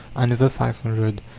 another five hundred.